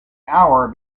hour